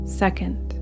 second